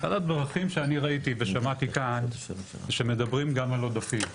אחת הדברים שאני ראיתי ושמעתי כאן זה שמדברים גם על עודפים.